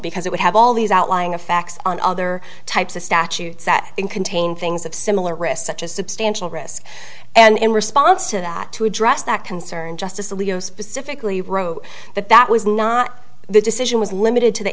because it would have all these outlying of facts on other types of statutes that in contain things of similar risk such as substantial risk and in response to that to address that concern justice alito specifically wrote that that was not the decision was limited to the